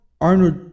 Arnold